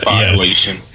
violation